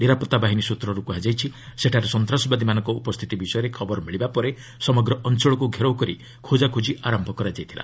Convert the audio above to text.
ନିରାପତ୍ତା ବାହିନୀ ସୃତ୍ରରୁ କୁହାଯାଇଛି ସେଠାରେ ସନ୍ତାସବାଦୀମାନଙ୍କ ଉପସ୍ଥିତି ବିଷୟରେ ଖବର ମିଳିବା ପରେ ସମଗ୍ର ଅଞ୍ଚଳକୁ ଘେରାଓ କରି ଖୋଜାଖୋଜି ଆରମ୍ଭ କରାଯାଇଥିଲା